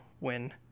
win